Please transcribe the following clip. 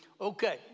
Okay